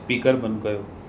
speaker बंदि कयो